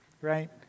right